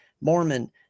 Mormon